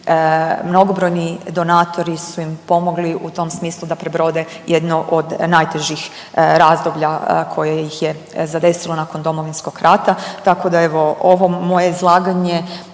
mnogobrojni donatori su im pomogli u tom smislu da prebrode jedno od najtežih razdoblja koje ih je zadesilo nakon Domovinskog rata. Tako da evo ovo moje izlaganje